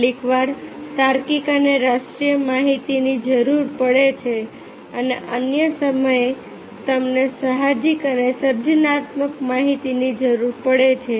કેટલીકવાર તાર્કિક અને રાષ્ટ્રીય માહિતીની જરૂર પડે છે અને અન્ય સમયે તમને સાહજિક અને સર્જનાત્મક માહિતીની જરૂર પડે છે